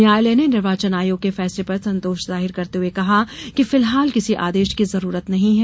न्यायालय ने निर्वाचन आयोग के फैसले पर संतोष जाहिर करते हये कहा कि फिलहाल किसी आदेश की जरूरत नहीं हैं